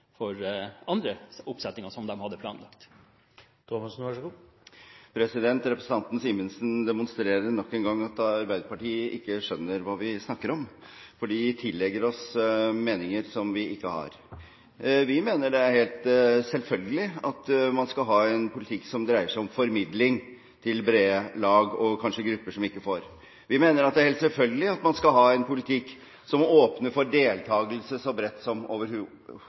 enn andre oppsetninger som de hadde planlagt? Representanten Simensen demonstrerer nok en gang at Arbeiderpartiet ikke skjønner hva vi snakker om, fordi de tillegger oss meninger som vi ikke har. Vi mener det er helt selvfølgelig at man skal ha en politikk som dreier seg om formidling til brede lag og kanskje grupper som ikke får det. Vi mener det er helt selvfølgelig at man skal ha en politikk som åpner for deltakelse så bredt som